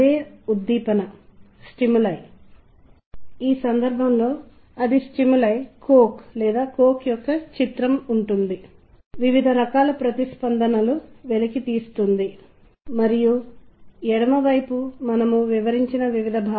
ఈ నిర్దిష్ట లఘు చిత్రాలు అనుబంధించబడి ఉన్నాయని మనం కనుగొన్నాము ఈ చిత్రాలు నిర్దిష్ట రకాల సంగీత లఘు భూమికలతో అనుబంధించబడ్డాయి